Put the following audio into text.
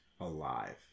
alive